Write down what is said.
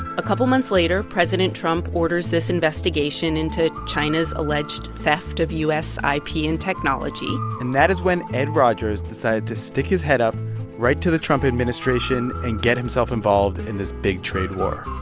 a couple months later, president trump orders this investigation into china's alleged theft of u s. ah ip and technology and that is when ed rogers decided to stick his head up right to the trump administration and get himself involved in this big trade war